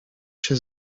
się